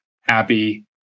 happy